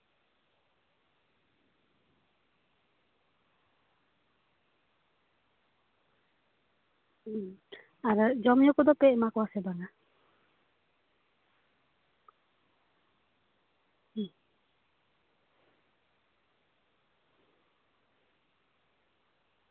ᱦᱩᱸ ᱟᱫᱚ ᱡᱚᱢᱼᱧᱩ ᱠᱚᱫᱚᱯᱮ ᱮᱢᱟ ᱠᱚᱣᱟ ᱥᱮ ᱵᱟᱝᱟ